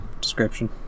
description